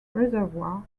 reservoir